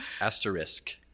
Asterisk